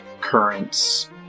currents